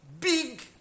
big